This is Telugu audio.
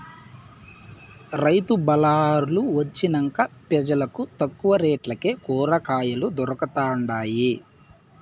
రైతు బళార్లు వొచ్చినంక పెజలకు తక్కువ రేట్లకే కూరకాయలు దొరకతండాయి